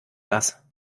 das